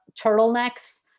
turtlenecks